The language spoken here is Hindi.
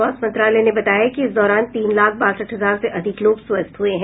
स्वास्थ्य मंत्रालय ने बताया है कि इस दौरान तीन लाख बासठ हजार से अधिक लोग स्वस्थ हुए हैं